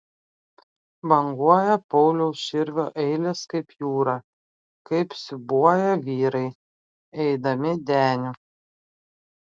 banguoja pauliaus širvio eilės kaip jūra kaip siūbuoja vyrai eidami deniu